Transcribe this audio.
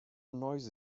noisy